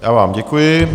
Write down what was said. Já vám děkuji.